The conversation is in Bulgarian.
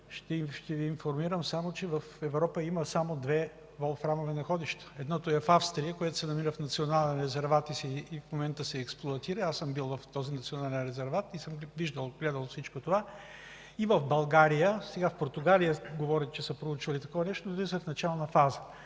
ще Ви информирам, че в Европа има само две волфрамови находища. Едното е в Австрия, което се намира в национален резерват и в момента се експлоатира – аз съм бил в този национален резерват и съм виждал всичко това, и в България. Говорят, че в Португалия са проучвали такова нещо, но в начална фаза.